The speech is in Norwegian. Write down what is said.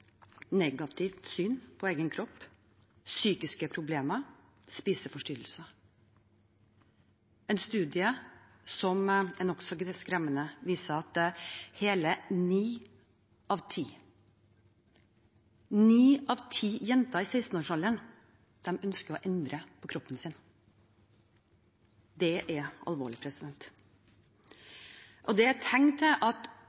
negativt syn på egen kropp, psykiske problemer og spiseforstyrrelser. En studie, som er nokså skremmende, viser at hele ni av ti jenter i 16-årsalderen ønsker å endre på kroppen sin. Dette er alvorlig. Det er tegn til at